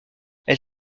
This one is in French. elle